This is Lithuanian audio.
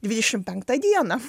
dvidešimt penktą dieną